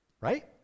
Right